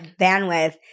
bandwidth